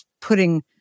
putting